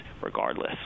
regardless